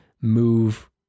move